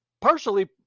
Partially